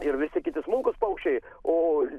ir visi kiti smulkūs paukščiai o